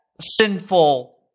sinful